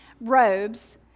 robes